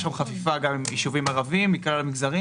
יש שם חפיפה גם עם יישובים ערביים מכלל המגזרים.